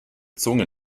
zunge